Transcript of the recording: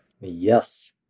Yes